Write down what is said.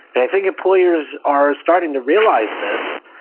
and i think employers are starting to realize this,